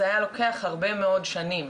זה היה לוקח הרבה מאוד שנים,